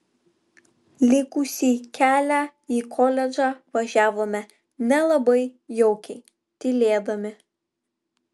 likusį kelią į koledžą važiavome nelabai jaukiai tylėdami